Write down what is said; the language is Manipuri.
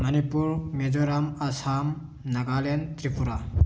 ꯃꯅꯤꯄꯨꯔ ꯃꯦꯖꯣꯔꯥꯝ ꯑꯁꯥꯝ ꯅꯥꯒꯥꯂꯦꯟ ꯇ꯭ꯔꯤꯄꯨꯔꯥ